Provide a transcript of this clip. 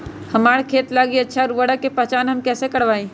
हमार खेत लागी अच्छा उर्वरक के पहचान हम कैसे करवाई?